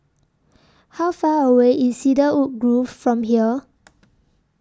How Far away IS Cedarwood Grove from here